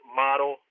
model